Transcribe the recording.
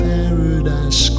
Paradise